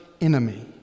enemy